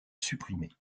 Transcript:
supprimés